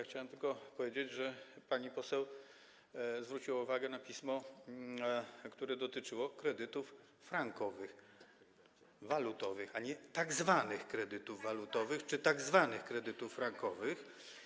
Chciałem tylko powiedzieć, że pani poseł zwróciła uwagę na pismo, które dotyczyło kredytów frankowych, walutowych, a nie tzw. kredytów walutowych czy tzw. kredytów frankowych.